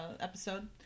episode